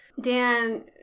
Dan